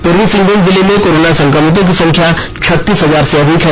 पूर्वी सिंहभूम जिले में कोरोना संक्रमितों की संख्या छत्तीस हजार से अधिक है